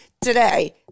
today